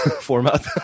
format